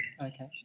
Okay